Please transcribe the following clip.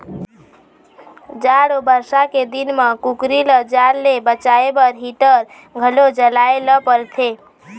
जाड़ अउ बरसा के दिन म कुकरी ल जाड़ ले बचाए बर हीटर घलो जलाए ल परथे